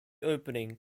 opening